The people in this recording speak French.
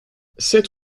sept